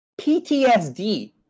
PTSD